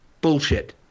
bullshit